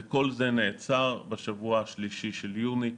וכל זה נעצר בשבוע השלישי של יוני,